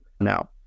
now